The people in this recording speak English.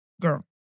Girl